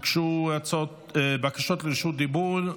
הוגשו בקשות לרשות דיבור,